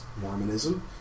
Mormonism